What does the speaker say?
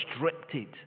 restricted